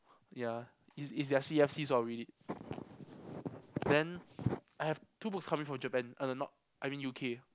ya is is their C_F_C so I'll read it then I have two books coming from Japan uh uh not I mean U_K